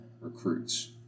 recruits